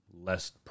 less